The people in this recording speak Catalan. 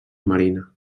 marina